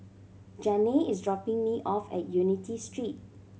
Janay is dropping me off at Unity Street